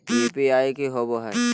UPI की होबो है?